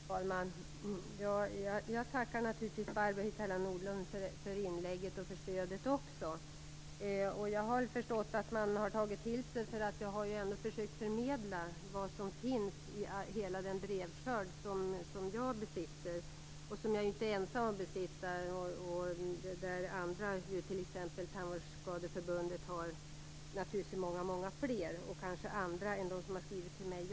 Herr talman! Jag tackar naturligtvis Barbro Hietala Nordlund för inlägget, och för stödet också. Jag har förstått att man har tagit till sig det här. Jag har ju ändå försökt att förmedla vad som finns i hela den brevskörd jag är i besittning av, och jag är inte ensam. Andra, t.ex. Tandvårdsskadeförbundet, har naturligtvis många fler brev, kanske också brev från andra än de som har skrivit till mig.